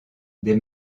des